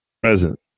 present